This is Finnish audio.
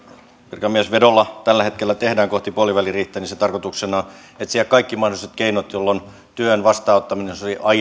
virkamiesvedolla tällä hetkellä tekee kohti puoliväliriihtä tarkoituksena on etsiä kaikki mahdolliset keinot joilla työn vastaanottaminen olisi aina